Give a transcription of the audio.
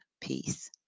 Peace